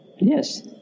Yes